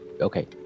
okay